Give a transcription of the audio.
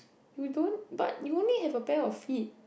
you don't but you only have a pair of feet